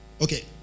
Okay